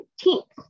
19th